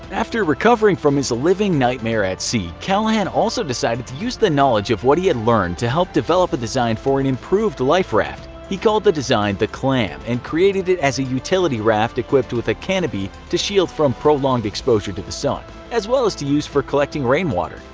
after recovering from his living nightmare at sea, callahan also decided to use the knowledge of what he had learned to help develop a design for an improved life raft. he called his design the clam and created it as a utility raft equipped with a canopy to shield from prolonged exposure to the sun as well as to use for collecting rainwater.